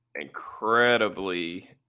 incredibly